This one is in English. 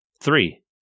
Three